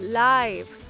live